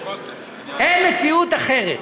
אין מציאות אחרת.